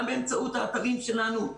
גם באמצעות האתרים שלנו,